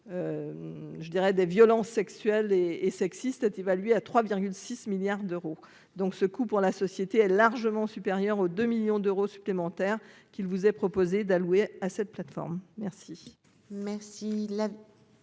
je dirais des violences sexuelles et sexistes est évalué à 3 6 milliards d'euros, donc ce coût pour la société est largement supérieur aux 2 millions d'euros supplémentaires qu'il vous est proposé d'allouer à cette plateforme. Merci,